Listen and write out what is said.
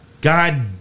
God